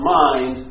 mind